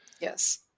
Yes